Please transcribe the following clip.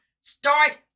Start